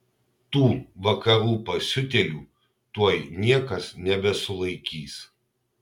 tų vakarų pasiutėlių tuoj niekas nebesulaikys